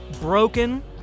broken